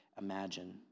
imagine